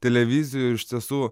televizijoje iš tiesų